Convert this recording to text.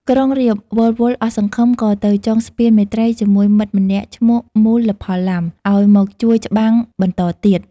ក្រុងរាពណ៍វិលវល់ អស់សង្ឃឹមក៏ទៅចងស្ពានមេត្រីជាមួយមិត្តម្នាក់ឈ្មោះ មូលផល័ម ឱ្យមកជួយច្បាំងបន្តទៀត។